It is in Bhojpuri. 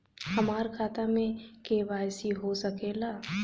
हमार खाता में के.वाइ.सी हो सकेला?